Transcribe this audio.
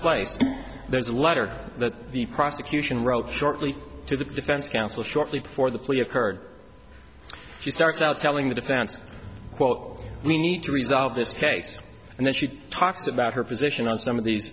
place there's a letter that the prosecution wrote shortly to the defense counsel shortly before the plea occurred she starts out telling the defense quote we need to resolve this case and then she talks about her position on some of these